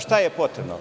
Šta je sada potrebno?